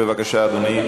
בבקשה, אדוני.